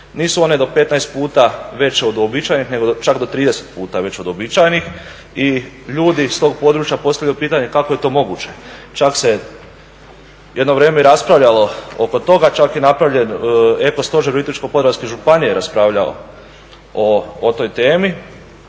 Nisu one do 15% veće od uobičajenih nego čak do 30% veće od uobičajenih i ljudi s tog područja postavljaju pitanje kako je to moguće. Čak se jedno vrijeme i raspravljalo oko toga, čak je i napravljen eko stožer Virovitičko-podravske županije, koji je raspravljao o toj temi.